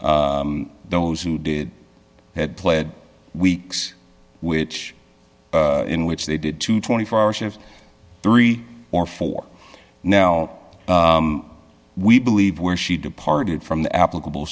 those who did had pled weeks which in which they did to twenty four hour shifts three or four now we believe where she departed from the applicable